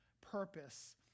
purpose